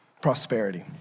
prosperity